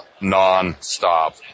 non-stop